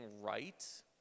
right